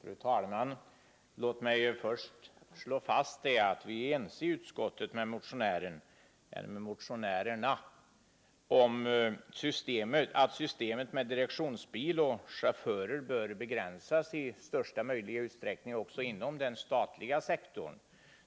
Fru talman! Låt mig först slå fast att vi i utskottet är ense med motionärerna om att systemet med direktionsbil och chaufför bör begränsas i största möjliga utsträckning också inom den statliga sektorn.